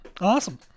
Awesome